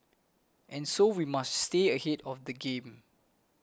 and so we must stay ahead of the game